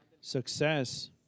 success